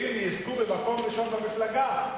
ואם הם יזכו במקום ראשון במפלגה,